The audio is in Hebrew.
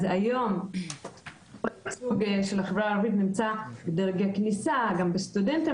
אז היום הייצוג של החברה הערבית נמצא בדרגי כניסה גם בסטודנטים